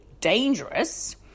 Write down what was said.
Dangerous